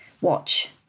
watch